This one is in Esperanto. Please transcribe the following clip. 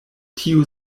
tiu